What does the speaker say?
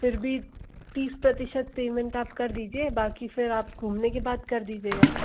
फिर भी तीस प्रतिशत पेमेंट आप कर दीजिए बाकी फिर आप घूमने के बाद कर दीजिएगा